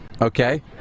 Okay